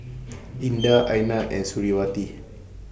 Indah Aina and Suriawati